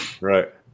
Right